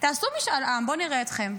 תעשו משאל עם, בואו נראה אתכם.